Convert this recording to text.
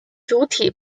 主体